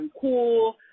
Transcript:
cool